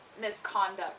misconduct